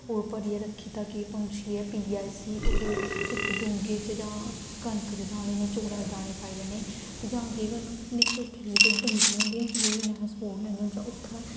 ओह् भरियै रक्खी दित्ता कि पंछी एह् पीयै इस्सी और इक डूंगे च जां कनक दे दाने जां चौलें दे दाने पाई लैने ते जां केह् करना अपने कोठे दे जेह्ड़े डंगे होंदे निं जेह्दे कन्नै अस स्पोर्ट लैन्ने होन्ने